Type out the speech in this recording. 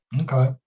Okay